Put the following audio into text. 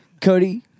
Cody